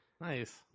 Nice